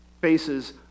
faces